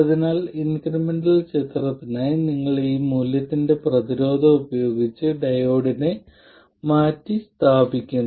അതിനാൽ ഇൻക്രിമെന്റൽ ചിത്രത്തിനായി നിങ്ങൾ ഈ മൂല്യത്തിന്റെ പ്രതിരോധം ഉപയോഗിച്ച് ഡയോഡിനെ മാറ്റിസ്ഥാപിക്കുന്നു